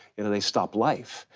you know, they stop life.